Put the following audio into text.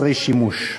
חסרי שימוש.